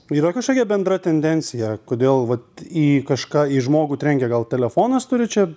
yra kažkokia bendra tendencija kodėl vat į kažką į žmogų trenkia gal telefonas turi čia